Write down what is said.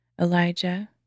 Elijah